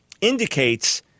indicates